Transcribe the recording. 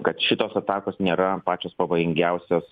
kad šitos atakos nėra pačios pavojingiausios